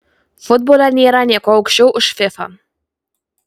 futbole nėra nieko aukščiau už fifa